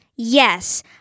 Yes